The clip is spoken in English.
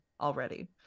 already